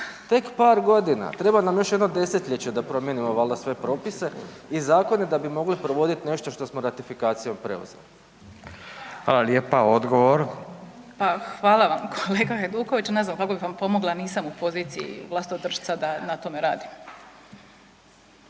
tek par godina, treba nam još jedno desetljeće da promijenimo valjda sve propise i zakone da bi mogli provoditi nešto što smo ratifikacijom preuzeli. **Radin, Furio (Nezavisni)** Hvala lijepa. Odgovor. **Glamuzina, Katica (SDP)** Pa hvala vam kolega Hajduković, ne znam kako bih vam pomogla nisam u poziciji vlastodršca da na tome radim.